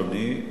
אדוני,